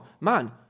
Man